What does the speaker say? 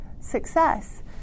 success